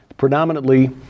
predominantly